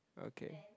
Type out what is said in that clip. okay